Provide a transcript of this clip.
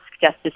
Justice